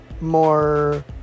more